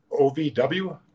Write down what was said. OVW